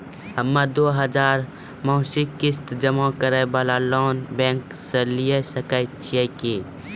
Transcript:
हम्मय दो हजार मासिक किस्त जमा करे वाला लोन बैंक से लिये सकय छियै की?